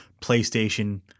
PlayStation